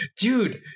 Dude